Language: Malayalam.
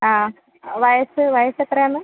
ആ വയസ്സ് വയസ്സ് എത്രയാണ്